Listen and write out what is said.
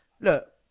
look